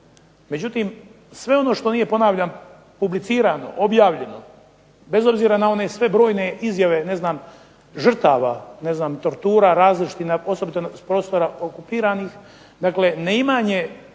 Međutim, sve ono što nije ponavljam publicirano, objavljeno bez obzira na one sve brojne izjave žrtava, tortura različitih osobito s prostora okupiranih, dakle neimanje